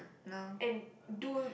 and do